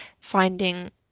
finding